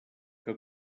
que